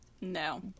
no